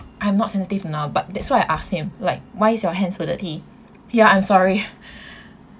I'm not sensitive enough but that's why I asked him like why is your hands so dirty ya I'm sorry